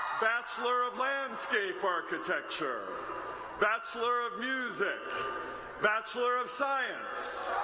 bachelor of landscape architecture bachelor of music bachelor of science